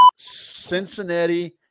Cincinnati